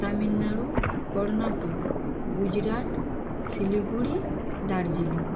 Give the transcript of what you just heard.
Tamil Nadu Karnataka Gujarat Siliguri Darjeeling